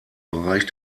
bereich